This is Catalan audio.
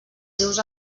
seus